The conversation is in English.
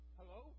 Hello